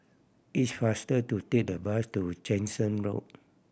it's faster to take the bus to Jansen Road